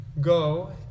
Go